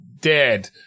dead